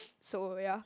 so ya